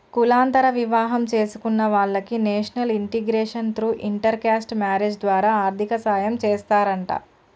కులాంతర వివాహం చేసుకున్న వాలకి national integration through inter caste marriage ద్వారా ఆర్థిక సాయం చేస్తారంట